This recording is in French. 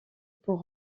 pour